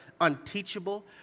unteachable